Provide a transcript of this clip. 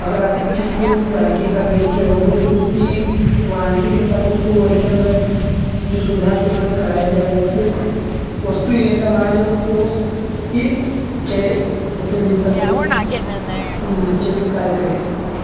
अगर आप किसी चीज़ को गारण्टी के साथ बेच रहे हो तो उसकी वारण्टी के साथ उसको रिटर्न तक की जो सुविधा है उसको उपलब्ध कराया जाए या फिर वस्तु ही ऐसी बनाए जोकि चले उतने दिन तक वह अच्छे से कार्य करे